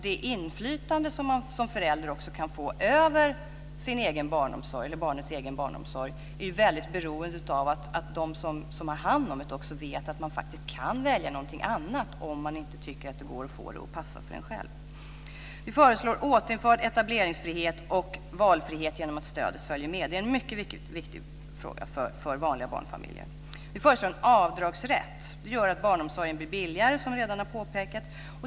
Det inflytande som föräldrar kan få över barnens barnomsorg är beroende av att de som har hand om barnomsorgen vet att föräldrarna kan välja någonting annat om den inte passar. Vi föreslår återinförd etableringsfrihet och valfrihet genom att stödet följer med. Det är en mycket viktig fråga för vanliga barnfamiljer. Vi föreslår en avdragsrätt. Det gör att barnomsorgen blir billigare - som vi redan har påpekat.